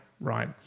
right